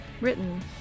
Written